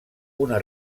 una